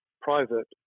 private